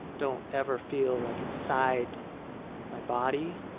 don't ever feel like inside my body.